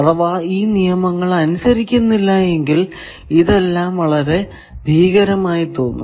അഥവാ ഈ നിയമങ്ങൾ അനുസരിക്കുന്നില്ല എങ്കിൽ ഇതെല്ലം വളരെ ഭീകരം ആയി തോന്നും